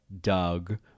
Doug